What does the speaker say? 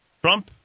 Trump